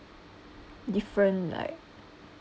different like